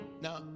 Now